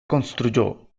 construyó